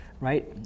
right